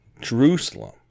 Jerusalem